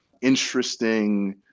interesting